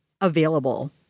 available